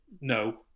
No